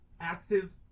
active